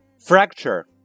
Fracture